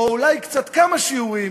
או אולי כמה שיעורים,